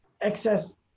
excess